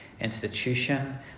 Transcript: institution